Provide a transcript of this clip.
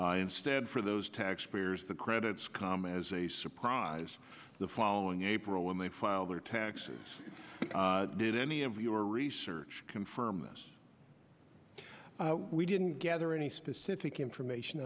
instead for those taxpayers the credits come as a surprise the following april when they file their taxes did any of your research confirm this we didn't gather any specific information